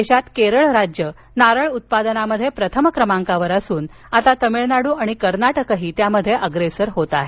देशात केरळ नारळ उत्पादनात प्रथम क्रमांकावर असून आता तमिळनाडू आणि कर्नाटकही त्यामध्ये अग्रेसर होत आहेत